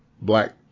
black